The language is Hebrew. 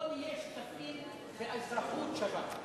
אז בוא נהיה שותפים באזרחות שווה,